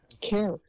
care